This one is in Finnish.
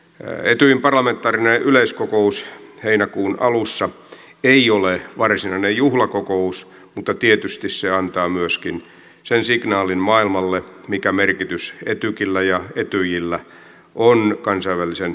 etyjin parlamentaarinen yleiskokous heinäkuun alussa ei ole varsinainen juhlakokous mutta tietysti se antaa myöskin sen signaalin maailmalle mikä merkitys etykillä ja etyjillä on kansainvälisen yhteisön kehitykselle